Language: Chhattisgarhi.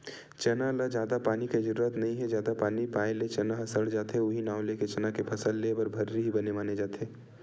चना ल जादा पानी के जरुरत नइ हे जादा पानी पाए ले चना ह सड़ जाथे उहीं नांव लेके चना के फसल लेए बर भर्री ही बने माने जाथे